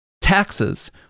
taxes